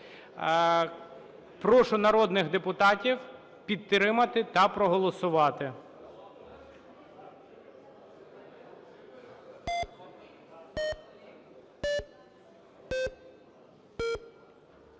Прошу народних депутатів підтримати та проголосувати.